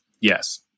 yes